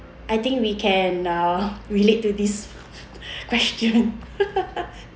I think we can uh relate to this question